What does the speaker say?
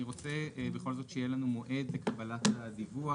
אני רוצה בכל זאת שיהיה לנו מועד לקלחת הדיווח.